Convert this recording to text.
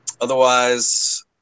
Otherwise